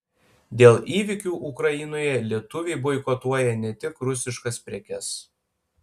dėl įvykių ukrainoje lietuviai boikotuoja ne tik rusiškas prekes